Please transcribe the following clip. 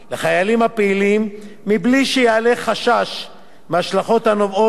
בלי שיעלה חשש מהשלכות הנובעות מעליית הגמלאות בעקבותיה.